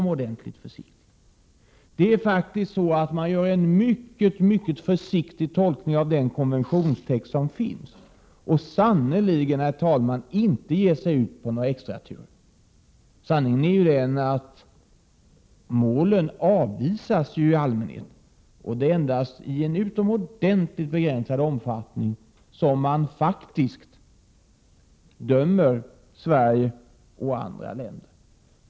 Man gör faktiskt en mycket försiktig tolkning av den konventionstext som finns och ger sig sannerligen inte ut på några extraturer. Sanningen är att målen i allmänhet avvisas. Det är endast i utomordentligt begränsad omfattning som man dömer Sverige och andra länder.